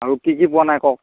আৰু কি কি পোৱা নাই কওক